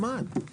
13:31.